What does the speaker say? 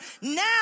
now